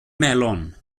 melon